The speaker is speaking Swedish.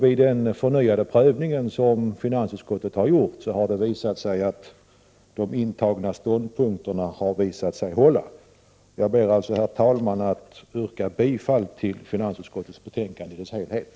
Vid den förnyade prövning som finansutskottet har gjort har det visat sig att de intagna ståndpunkterna håller. Jag ber alltså, herr talman, att få yrka bifall till finansutskottets hemställan i dess helhet.